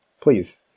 please